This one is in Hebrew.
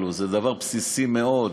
זה דבר בסיסי מאוד.